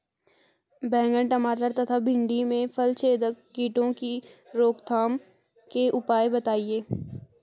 बैंगन टमाटर तथा भिन्डी में फलछेदक कीटों की रोकथाम के उपाय बताइए?